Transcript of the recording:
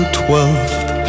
twelfth